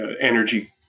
energy